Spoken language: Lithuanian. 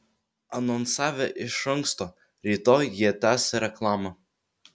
anonsavę iš anksto rytoj jie tęs reklamą